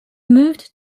moved